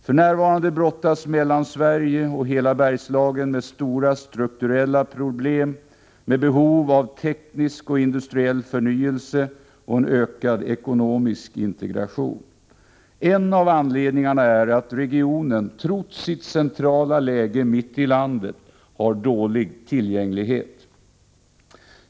För närvarande brottas Mellansverige och hela Bergslagen med stora strukturella problem, med behov av teknisk och industriell förnyelse och en ökad ekonomisk integration. En av anledningarna är att regionen trots sitt centrala läge mitt i landet har dålig tillgänglighet.